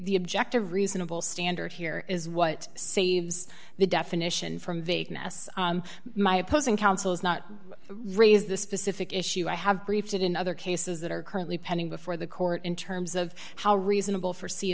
objective reasonable standard here is what saves the definition from vagueness my opposing counsel is not raise the specific issue i have briefed it in other cases that are currently pending before the court in terms of how reasonable for